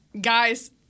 guys